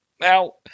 Now